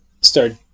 start